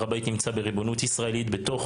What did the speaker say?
הר הבית נמצא בריבונות ישראלית בתוך